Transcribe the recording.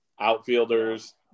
outfielders